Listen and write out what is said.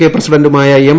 K പ്രസിഡന്റുമായ M